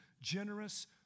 generous